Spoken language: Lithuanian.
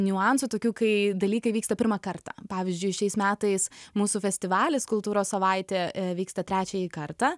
niuansų tokių kai dalykai vyksta pirmą kartą pavyzdžiui šiais metais mūsų festivalis kultūros savaitė vyksta trečiąjį kartą